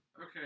Okay